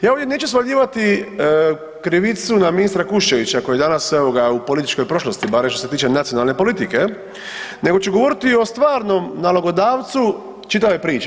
Ja ovdje neću svaljivati krivicu na ministra Kuščevića koji je danas evo ga, u političkoj prošlosti, barem što se tiče nacionalne politike, nego ću govoriti o stvarnom nalogodavcu čitave priče.